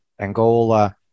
Angola